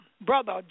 Brother